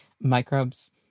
microbes